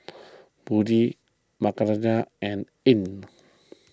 Budi Raihana and Ain